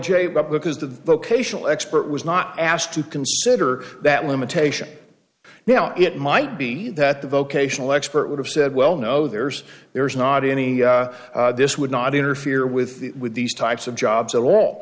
the because the vocational expert was not asked to consider that limitation now it might be that the vocational expert would have said well no there's there is not any this would not interfere with with these types of jobs at all